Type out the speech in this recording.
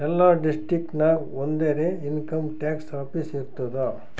ಎಲ್ಲಾ ಡಿಸ್ಟ್ರಿಕ್ಟ್ ನಾಗ್ ಒಂದರೆ ಇನ್ಕಮ್ ಟ್ಯಾಕ್ಸ್ ಆಫೀಸ್ ಇರ್ತುದ್